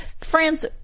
France